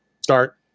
start